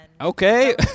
Okay